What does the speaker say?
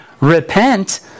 Repent